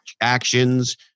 actions